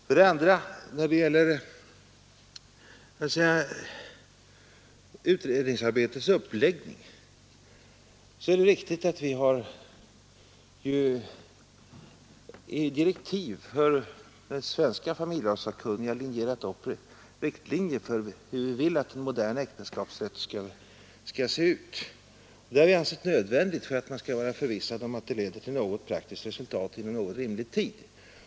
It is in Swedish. För det andra vill jag i fråga om utredningsarbetets uppläggning säga att det är riktigt att vi i direktiv till de svenska familjelagssakkunniga linjerat upp riktlinjer för hur vi vill att modern äktenskapsrätt skall se ut. Det har vi ansett nödvändigt för att man skall kunna vara förvissad om att det leder till något praktiskt resultat inom rimlig tid.